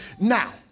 now